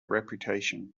reputation